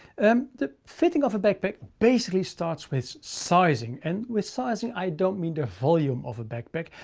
um the fitting of a backpack basically starts with sizing and with sizing i don't mean the volume of a backpack,